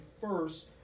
first